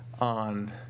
on